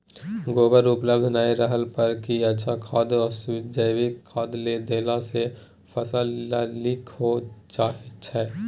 गोबर उपलब्ध नय रहला पर की अच्छा खाद याषजैविक खाद देला सॅ फस ल नीक होय छै?